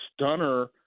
stunner